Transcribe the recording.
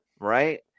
right